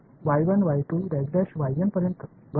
पर्यंत बरोबर